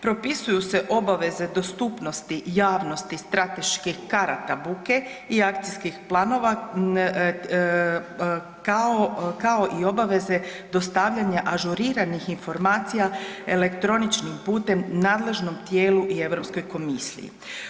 Propisuju se obveze dostupnosti javnosti strateških karata buke i akcijskih planova kao i obaveze dostavljanja informacija elektroničkim putem nadležnom tijelu i Europskoj komisiji.